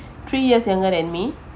three years younger than me